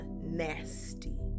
nasty